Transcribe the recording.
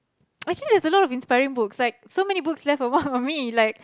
actually there's a lot of inspiring books like so many books left a mark on me like